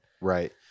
right